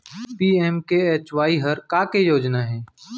PMKSY हर का के योजना हे?